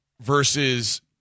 versus